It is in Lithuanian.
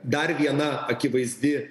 dar viena akivaizdi